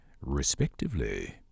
respectively